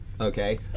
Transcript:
Okay